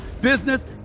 business